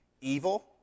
Evil